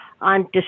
on